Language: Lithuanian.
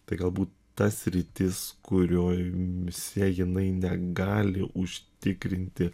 tai galbūt tas sritis kuriojse jinai negali užtikrinti